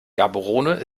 gaborone